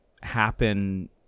happen